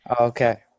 Okay